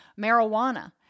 marijuana